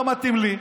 לא מתאים לי,